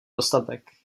dostatek